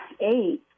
eight